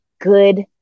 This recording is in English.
good